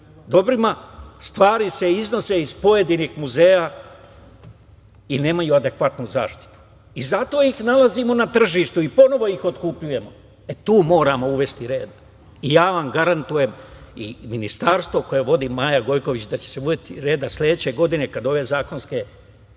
dobrima, stvari se iznose iz pojedinih muzeja i nemaju adekvatnu zaštitu. Zato ih nalazimo na tržištu i ponovo ih otkupljujemo. E, tu moramo uvesti red. Ja vam garantujem i Ministarstvo koje vodi Maja Gojković, da će se uvesti reda sledeće godine, kad ove zakonske